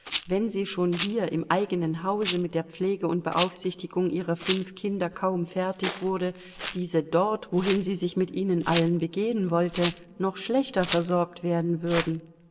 wenn sie schon hier im eigenen hause mit der pflege und beaufsichtigung ihrer fünf kinder kaum fertig wurde diese dort wohin sie sich mit ihnen allen begeben wollte noch schlechter versorgt werden würden